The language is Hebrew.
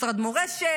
משרד מורשת,